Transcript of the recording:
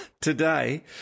Today